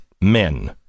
men